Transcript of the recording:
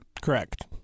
Correct